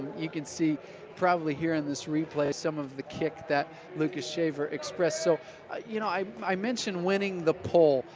you can see probably here in this replay some of the kick that lucas shaffer expressed. so you know i i mentioned winning the pole,